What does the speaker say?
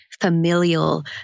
familial